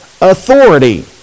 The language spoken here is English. authority